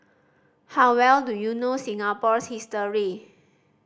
how well do you know Singapore's history